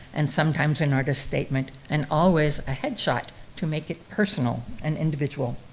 and sometimes an artist statement, and always a headshot to make it personal and individual.